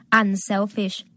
unselfish